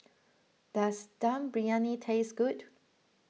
does Dum Briyani taste good